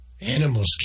Animals